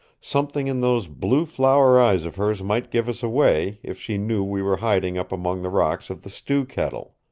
something in those blue-flower eyes of hers might give us away if she knew we were hiding up among the rocks of the stew-kettle.